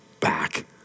back